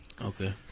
Okay